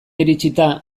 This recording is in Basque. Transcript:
iritsita